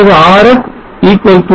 பிறகு RS 0